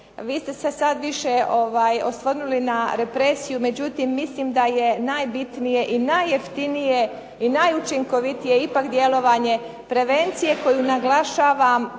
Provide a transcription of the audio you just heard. Vi ste se sad više osvrnuli na represiju, međutim mislim da je najbitnije i najjeftinije i najučinkovitije ipak djelovanje prevencije koju, naglašavam, treba